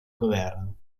governo